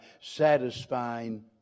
satisfying